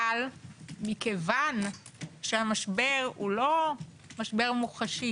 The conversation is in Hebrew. אבל מכיוון שהמשבר הוא לא מוחשי